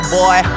boy